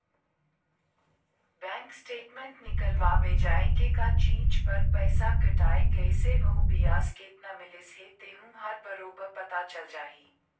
bank statement निकलवाबे जाये के का चीच बर पइसा कटाय गइसे अउ बियाज केतना मिलिस हे तेहू हर बरोबर पता चल जाही